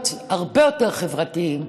להיות הרבה יותר חברתיים,